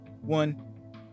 One